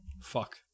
fuck